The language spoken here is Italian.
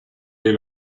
dei